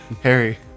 Harry